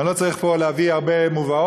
ואני לא צריך פה להביא הרבה מובאות,